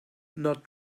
not